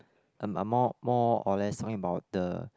I'm I'm more more or less talking about the